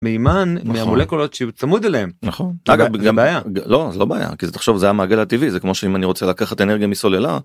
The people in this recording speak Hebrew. מימן מהמולקולות שהוא צמוד אליהם נכון בגלל זה לא בעיה כי זה תחשוב זה המעגל הטבעי זה כמו שאם אני רוצה לקחת אנרגיה מסוללה.